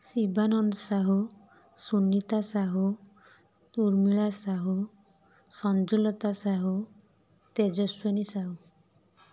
Shivananda Sahu Sunita Sahu Urmila Sahu Sanjulata Sahu Tejaswini Sahu